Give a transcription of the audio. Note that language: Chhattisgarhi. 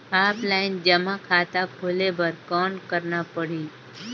ऑफलाइन जमा खाता खोले बर कौन करना पड़ही?